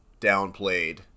downplayed